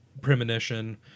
Premonition